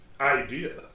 idea